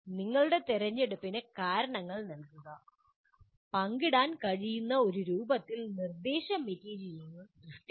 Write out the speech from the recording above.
നിങ്ങളുടെ തിരഞ്ഞെടുപ്പിന് കാരണങ്ങൾ നൽകുക പങ്കിടാൻ കഴിയുന്ന ഒരു രൂപത്തിൽ നിർദ്ദേശ മെറ്റീരിയൽ സൃഷ്ടിക്കുക